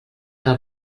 que